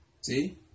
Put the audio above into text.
See